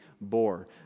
bore